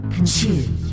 Consume